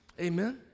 Amen